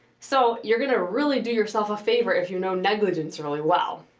so, you're gonna really do yourself a favor if you know negligence really well.